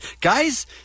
Guys